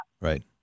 Right